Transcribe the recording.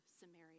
Samaria